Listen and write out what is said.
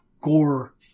gore